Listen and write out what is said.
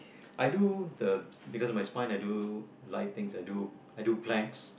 I do the because of my spine I do light things I do I do planks